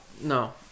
No